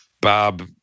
Bob